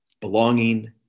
belonging